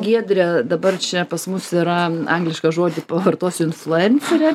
giedre dabar čia pas mus yra anglišką žodį pavartosiu influencerė